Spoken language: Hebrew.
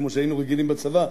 כמו שהיינו רגילים בצבא: